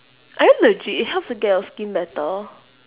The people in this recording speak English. I mean legit it helps to get your skin better